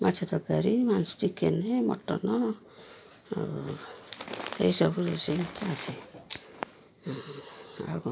ମାଛ ତରକାରୀ chicken mutton ଆଉ ଏଇସବୁ ରୋଷେଇ ଆସେ ଆଉ